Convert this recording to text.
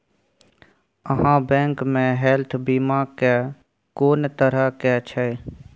आहाँ बैंक मे हेल्थ बीमा के कोन तरह के छै?